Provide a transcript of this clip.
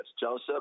Joseph